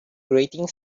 grating